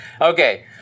Okay